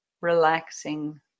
relaxing